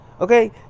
okay